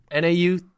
Nau